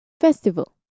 Festival